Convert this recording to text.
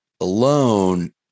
alone